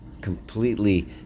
completely